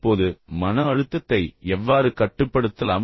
இப்போது மன அழுத்தத்தை எவ்வாறு கட்டுப்படுத்தலாம்